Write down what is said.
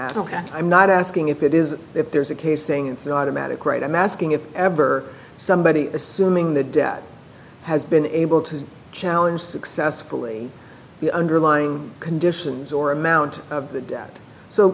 'm not asking if it is if there's a case saying it's an automatic right i'm asking if ever somebody assuming the debt has been able to challenge successfully the underlying conditions or amount of the doubt so